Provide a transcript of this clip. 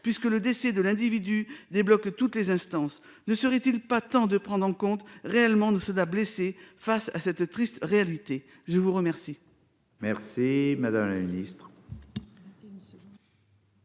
puisque le décès de l'individu débloque toutes les instances. Ne serait-il pas temps de prendre en compte réellement de soda, blessés face à cette triste réalité. Je vous remercie. Merci madame la ministre.